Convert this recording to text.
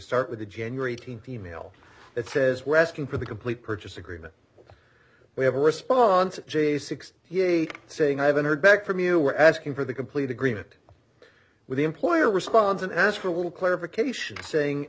start with the january eighteenth e mail that says we're asking for the complete purchase agreement we have a response at g six he saying i haven't heard back from you were asking for the complete agreement with the employer response and ask for a little clarification saying